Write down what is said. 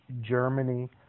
Germany